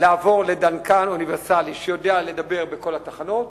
לעבור לדלקן אוניברסלי שיודע לדבר בכל התחנות,